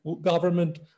government